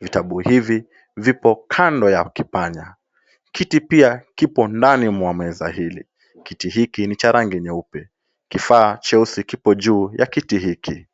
Vitabu hivi vipo kando ya kipanya. Kiti pia kipo ndani mwa meza hili. Kiti hiki ni cha rangi nyeupe. Kifaa cheusi kipo juu ya kiti hiki.